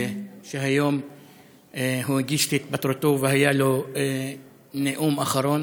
שהיום הגיש את התפטרותו והיה לו נאום אחרון.